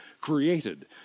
created